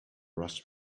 rushed